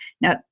Now